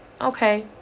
okay